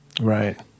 Right